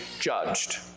judged